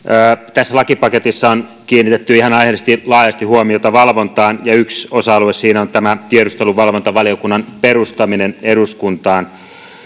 tässä lakipaketissa on kiinnitetty ihan aiheellisesti laajasti huomiota valvontaan ja yksi osa alue siinä on tiedusteluvalvontavaliokunnan perustaminen eduskuntaan